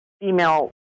female